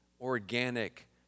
organic